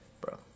Bro